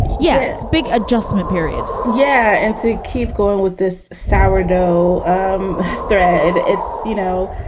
yes, big adjustment period. yeah. and to keep going with this sour dough um thread. it's you know,